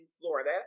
Florida